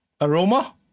Aroma